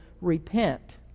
repent